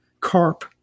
carp